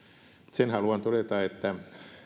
sen haluan todeta että